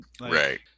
Right